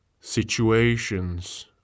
situations